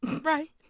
Right